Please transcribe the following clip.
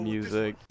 Music